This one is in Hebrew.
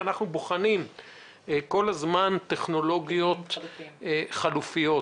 שהם בוחנים כל הזמן טכנולוגיות חלופיות,